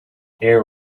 air